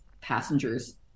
passengers